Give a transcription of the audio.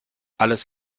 alles